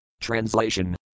Translation